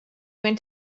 went